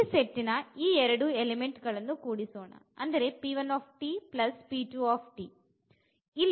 ಈ ಸೆಟ್ಟಿನ ಈ ಎರಡು ಎಲಿಮೆಂಟ್ ಗಳನ್ನು ಕೂಡಿಸೋಣ